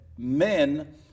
men